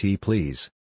please